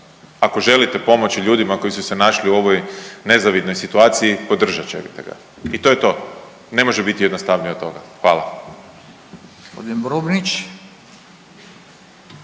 Ako želite pomoći ljudima koji su se našli u ovoj nezavidnoj situaciji, podržat ćete ga i to je to. Ne može biti jednostavnije od toga. Hvala.